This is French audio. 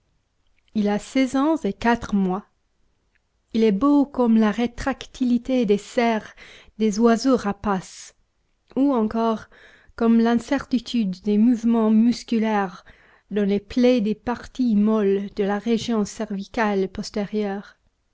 il a seize ans et quatre mois il est beau comme la rétractilité des serres des oiseaux rapaces ou encore comme l'incertitude des mouvements musculaires dans les plaies des parties molles de la région cervicale postérieure